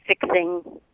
fixing